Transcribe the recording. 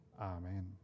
Amen